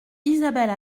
isabelle